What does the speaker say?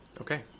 okay